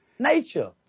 nature